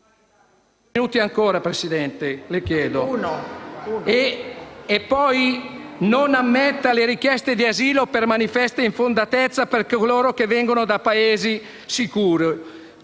non ammetta richieste d'asilo per manifesta infondatezza per coloro che vengono da Paesi sicuri.